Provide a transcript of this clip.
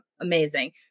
amazing